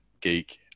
geek